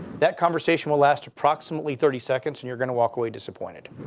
that conversation will last approximately thirty seconds. and you're going to walk away disappointed.